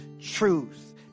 truth